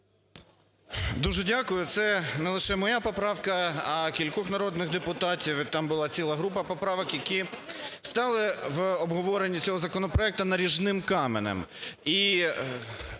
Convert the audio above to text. Дуже дякую. Це не лише моя поправка, а кількох народних депутатів, і там була ціла група поправок, які стали в обговоренні цього законопроекту наріжним каменем